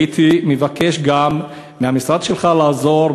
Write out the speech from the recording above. הייתי מבקש גם מהמשרד שלך לעזור,